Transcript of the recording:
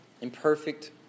Imperfect